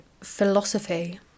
philosophy